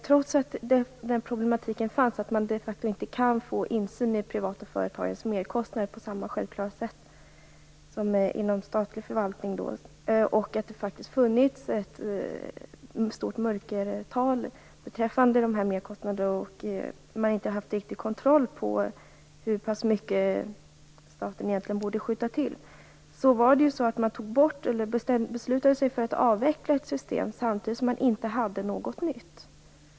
Trots att problemen fanns att det de facto inte går att få en insyn i de privata företagens merkostnader på samma självklara sätt som inom den statliga förvaltningen, att det faktiskt har funnits ett stort mörkertal beträffande merkostnaderna, och att det inte har varit en riktig kontroll över hur pass mycket staten egentligen borde skjuta till, bestämde man sig för att avveckla ett system samtidigt som det inte fanns något nytt.